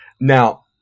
Now